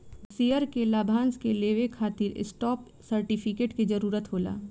share के लाभांश के लेवे खातिर स्टॉप सर्टिफिकेट के जरूरत होला